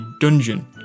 dungeon